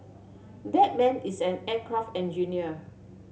that man is an aircraft engineer